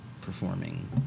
performing